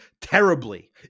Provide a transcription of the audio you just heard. terribly